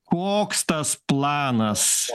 koks tas planas